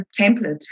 template